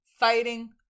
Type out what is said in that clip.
Fighting